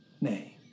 Nay